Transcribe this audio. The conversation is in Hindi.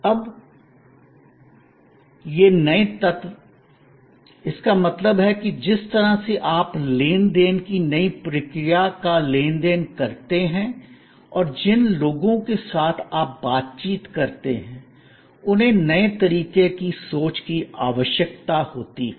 अब ये नए तत्व इसका मतलब है कि जिस तरह से आप लेन देन की नई प्रक्रिया का लेन देन करते हैं और जिन लोगों के साथ आप बातचीत करते हैं उन्हें नए तरीके की सोच की आवश्यकता होती है